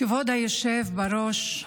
כבוד היושב בראש,